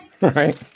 right